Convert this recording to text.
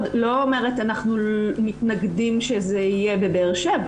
לא אומרת אנחנו מתנגדים שזה יהיה בבאר-שבע.